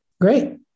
Great